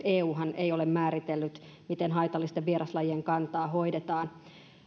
euhan ei ole määritellyt miten haitallisten vieraslajien kantaa hoidetaan